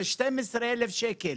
זה 12,000 שקלים.